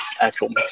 actual